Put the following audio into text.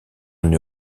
une